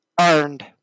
earned